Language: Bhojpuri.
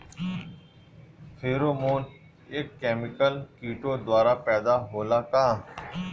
फेरोमोन एक केमिकल किटो द्वारा पैदा होला का?